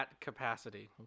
capacity